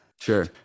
Sure